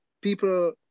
people